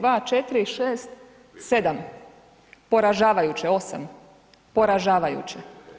2, 4, 6, 7, poražavajuće, 8. Poražavajuće.